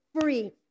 free